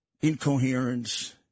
incoherence